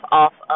off